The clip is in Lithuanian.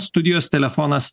studijos telefonas